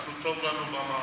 אנחנו, טוב לנו במערב.